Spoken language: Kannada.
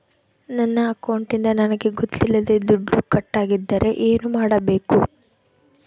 ನನ್ನ ಅಕೌಂಟಿಂದ ನನಗೆ ಗೊತ್ತಿಲ್ಲದೆ ದುಡ್ಡು ಕಟ್ಟಾಗಿದ್ದರೆ ಏನು ಮಾಡಬೇಕು?